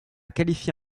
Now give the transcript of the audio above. qualifié